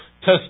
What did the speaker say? test